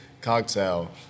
cocktail